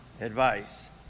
advice